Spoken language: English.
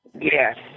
Yes